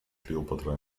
kleopatra